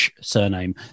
surname